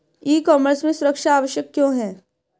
ई commerce में सुरक्षा आवश्यक क्यों है?